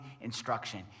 instruction